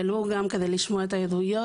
ולו גם כדי לשמוע את העדויות